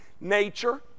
nature